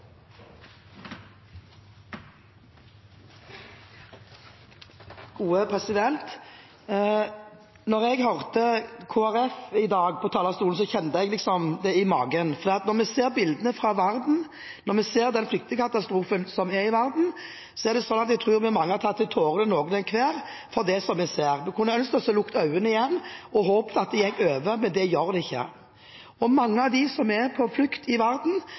ser bildene fra verden, når vi ser flyktningkatastrofen som er i verden, er det sånn at jeg tror vi mange har tatt til tårene, noen og hver, for det vi ser. Vi kunne ønsket oss å lukke igjen øynene og håpe at det gikk over, men det gjør det ikke. Noen av de mange av dem som er på flukt i verden,